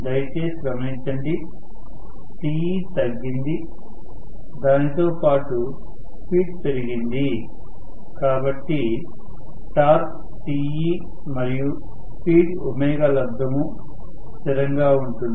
దయచేసి గమనించండి Teతగ్గింది దానితోపాటు స్పీడ్ పెరిగింది కాబట్టి టార్క్ Te మరియు స్పీడ్ ω లబ్దము స్థిరంగా ఉంటుంది